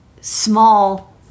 small